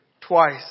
twice